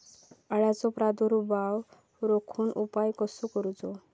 अळ्यांचो प्रादुर्भाव रोखुक उपाय कसो करूचो?